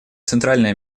центральное